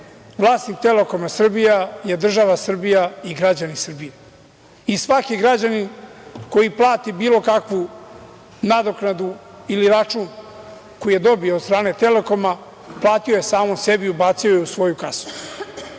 Vlasnik „Telekoma Srbija“ je država Srbija i građani Srbije. Svaki građanin koji plati bilo kakvu nadoknadu ili račun koji je dobio od strane „Telekoma“ platio je samom sebi, ubacio je u svoju kasu.